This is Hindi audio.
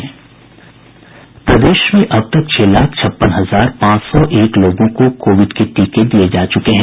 प्रदेश में अब तक छह लाख छप्पन हजार पांच सौ एक लोगों को कोविड के टीके दिये जा चुके हैं